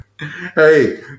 Hey